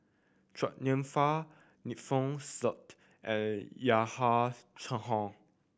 Chua Nam Hai Alfian Sa'at and Yahya Cohen